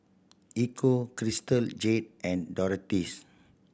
Ecco Crystal Jade and Doritos